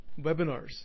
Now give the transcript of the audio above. webinars